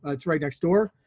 it's right next door.